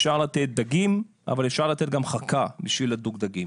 אפשר לתת דגים אבל אפשר לתת גם חכה בשביל לדוג דגים.